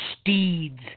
Steeds